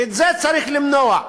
ואת זה צריך למנוע.